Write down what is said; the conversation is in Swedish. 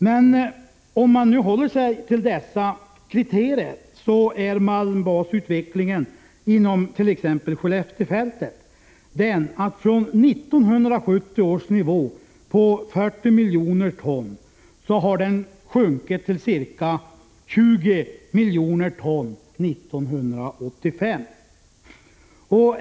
Men om man nu håller sig till dessa kriterier, så är malmbasutvecklingen inom t.ex. Skelleftefältet sådan att den från 1970 års nivå på 40 miljoner ton har sjunkit till ca 20 miljoner ton år 1985.